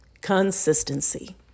consistency